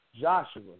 Joshua